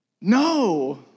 No